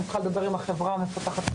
אני צריכה לדבר עם החברה המפתחת.